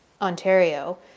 Ontario